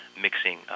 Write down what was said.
mixing